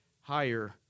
higher